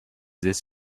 this